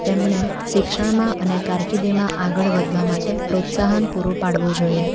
તેમણે શિક્ષણમાં અને કારકિર્દીમાં આગળ વધવા માટે પ્રોત્સાહન પૂરું પાડવું જોઈએ